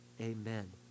Amen